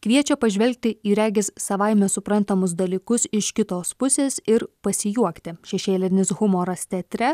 kviečia pažvelgti į regis savaime suprantamus dalykus iš kitos pusės ir pasijuokti šešėlinis humoras teatre